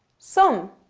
some.